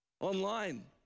online